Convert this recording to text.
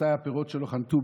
מתי הפירות שלו חנטו,